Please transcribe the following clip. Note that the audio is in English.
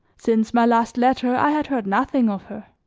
since my last letter i had heard nothing of her.